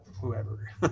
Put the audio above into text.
whoever